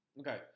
Okay